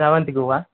ಸೇವಂತಿಗೆ ಹೂವು